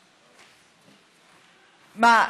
מה,